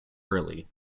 early